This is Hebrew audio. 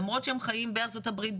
למרות שהם חיים בארצות הברית,